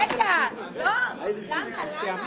לטעמים,